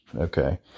okay